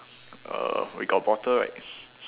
uh we got bottle right